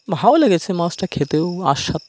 ভালো লেগেছে মাছটা খেতেও আস্বাদ